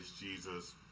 Jesus